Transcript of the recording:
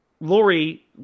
Lori